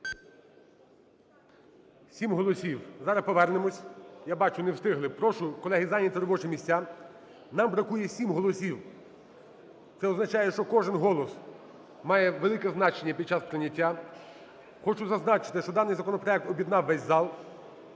Сім голосів, зараз повернемось. Я бачу, не встигли. Прошу, колеги, зайняти робочі місця. Нам бракує сім голосів. Це означає, що кожен голос має велике значення під час прийняття. Хочу зазначити, що даний законопроект об'єднав весь зал.